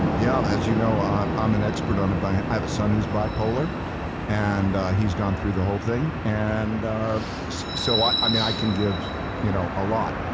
yeah, as you know i'm um an expert on it. i have son who's bipolar and he's gone through the whole thing. and so i i mean i can give you know a lot.